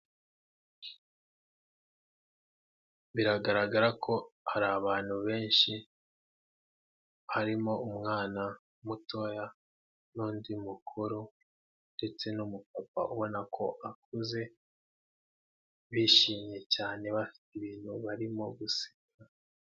Biragaragara ko hari abantu benshi, harimo umwana mutoya n'undi mukuru ndetse n'umupapa ubona ko akuze. Bishimye cyane bafite ibintu barimo guseka.